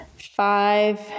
five